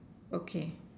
okay